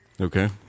Okay